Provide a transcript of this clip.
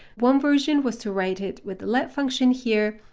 one version was to write it with the let function here,